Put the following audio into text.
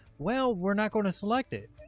well, we're not going to select it.